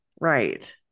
right